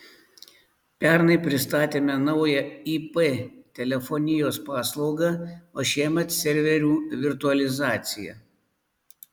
pernai pristatėme naują ip telefonijos paslaugą o šiemet serverių virtualizaciją